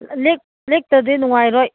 ꯂꯦꯛꯇ꯭ꯔꯗꯤ ꯅꯨꯡꯉꯥꯏꯔꯣꯏ